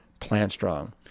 plantstrong